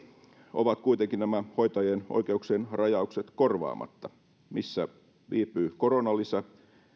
ovat kuitenkin nämä hoitajien oikeuksien rajaukset korvaamatta missä viipyy koronalisä